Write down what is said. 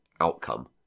outcome